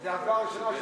זו הצבעה ראשונה שלך.